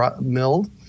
milled